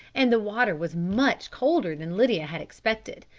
and the water was much colder than lydia had expected.